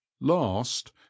last